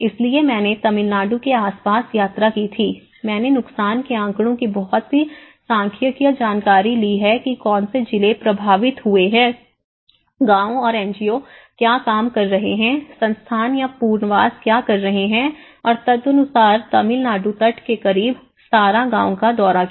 इसलिए मैंने तमिलनाडु के आसपास यात्रा की थी मैंने नुकसान के आँकड़ों की बहुत सी सांख्यिकीय जानकारी ली है कि कौन से जिले प्रभावित हुए हैं गाँव और एनजीओ क्या काम कर रहे हैं संस्थान या पुनर्वास क्या कर रहे हैं और तदनुसार तमिलनाडु तट के करीब 17 गांवों का दौरा किया